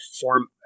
Form